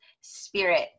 spirit